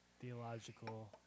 Theological